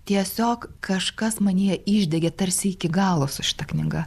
tiesiog kažkas manyje išdegė tarsi iki galo su šita knyga